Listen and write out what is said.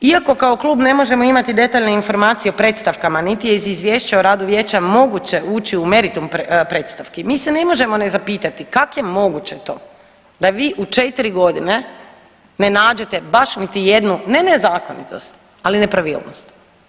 Iako kao klub ne možemo imati detaljne informacije o predstavkama niti je iz izvješća o radu vijeća moguće ući u meritum predstavki mi se ne možemo ne zapitati kak je moguće to da vi u 4 godine ne nađete baš niti jednu ne nezakonitost, ali nepravilnost.